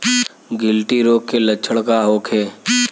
गिल्टी रोग के लक्षण का होखे?